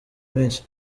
menshi